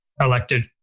elected